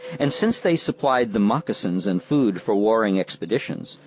and since they supplied the moccasins and food for warring expeditions,